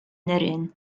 nirien